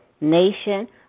nation